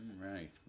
Right